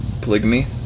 polygamy